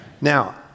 Now